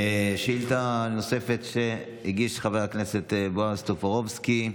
שאילתה נוספת שהגיש חבר הכנסת בועז טופורובסקי.